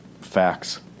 facts